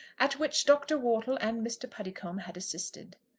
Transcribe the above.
at which dr. wortle and mr. puddicombe had assisted.